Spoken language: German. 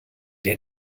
der